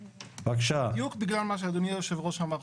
בדיוק בגלל מה שאדוני היושב ראש אמר.